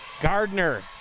Gardner